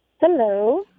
Hello